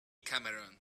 camerún